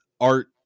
Art